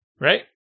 Right